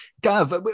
Gav